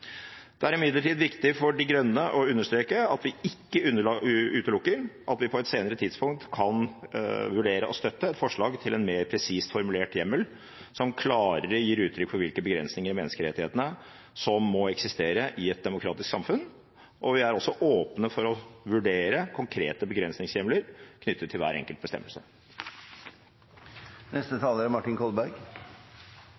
Det er imidlertid viktig for De Grønne å understreke at vi ikke utelukker at vi på et senere tidspunkt kan vurdere å støtte et forslag til en mer presist formulert hjemmel, som klarere gir uttrykk for hvilke begrensninger i menneskerettighetene som må eksistere i et demokratisk samfunn, og vi er også åpne for å vurdere konkrete begrensningshjemler knyttet til hver enkelt bestemmelse.